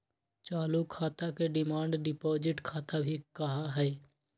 चालू खाता के डिमांड डिपाजिट खाता भी कहा हई